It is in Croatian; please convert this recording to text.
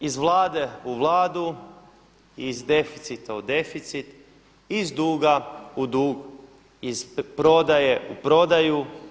Iz Vlade u Vladu, iz deficita u deficit, iz duga u dug, iz prodaje u prodaju.